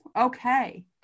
okay